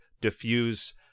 diffuse